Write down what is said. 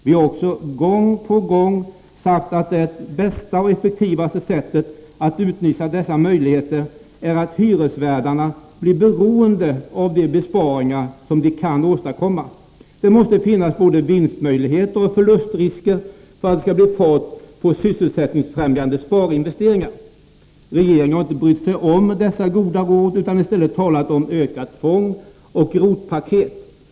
Vi har gång på gång sagt att det bästa och effektivaste sättet att utnyttja dessa möjligheter är att göra hyresvärdarna beroende av de besparingar de kan åstadkomma. Det måste finnas både vinstmöjligheter och förlustrisker för att det skall bli fart på sysselsättningsfrämjande sparinvesteringar. Regeringen har inte brytt sig om dessa goda råd utan i stället talat om ökat tvång och ROT-paket.